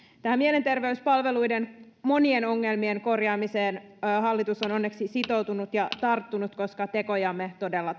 mielenterveyspalveluiden monien ongelmien korjaamiseen hallitus on onneksi sitoutunut ja tarttunut koska tekoja me todella